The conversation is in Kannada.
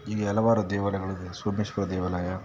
ಹೀಗೆ ಹಲವಾರು ದೇವಾಲಯಗಳು ಇದೆ ಸೋಮೇಶ್ವರ ದೇವಾಲಯ